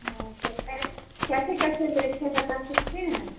हाँ तो कैसे कैसे रेट है बता सकते हैं